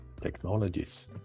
technologies